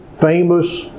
famous